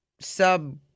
sub